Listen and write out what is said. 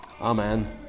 Amen